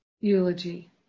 eulogy